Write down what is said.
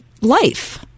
life